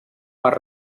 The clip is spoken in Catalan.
per